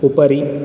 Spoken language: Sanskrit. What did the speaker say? उपरि